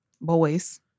boys